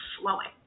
flowing